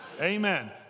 Amen